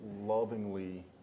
lovingly